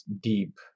deep